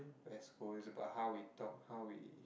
West Coast is about how we talk how we